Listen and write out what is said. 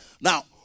Now